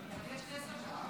יש לי עשר דקות.